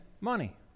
money